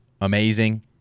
amazing